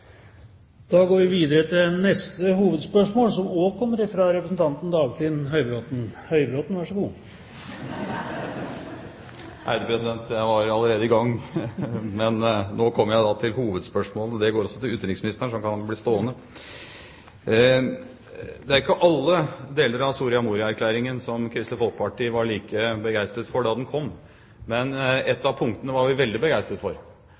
Vi går videre til neste hovedspørsmål, som også kommer fra Dagfinn Høybråten. Jeg var allerede i gang. Men nå kommer jeg da til hovedspørsmålet. Det går også til utenriksministeren, så han kan bli stående. Det var ikke alle deler av Soria Moria-erklæringen som Kristelig Folkeparti var like begeistret for da den kom. Men ett av punktene var vi veldig begeistret for,